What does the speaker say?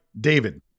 David